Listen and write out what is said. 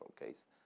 case